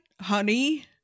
honey